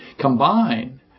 combine